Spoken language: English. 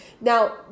Now